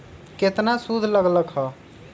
केतना सूद लग लक ह?